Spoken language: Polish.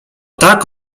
tak